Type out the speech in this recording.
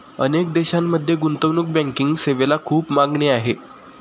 अनेक देशांमध्ये गुंतवणूक बँकिंग सेवेला खूप मागणी आहे